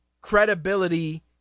credibility